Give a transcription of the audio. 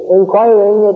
inquiring